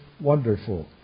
wonderful